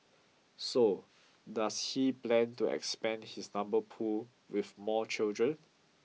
so does he plan to expand his number pool with more children